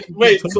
wait